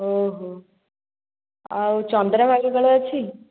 ଓହୋ ଆଉ ଚନ୍ଦ୍ରଭାଗା କାଳେ ଅଛି